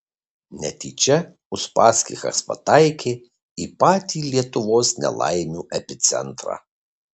netyčia uspaskichas pataikė į patį lietuvos nelaimių epicentrą